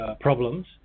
problems